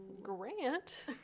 Grant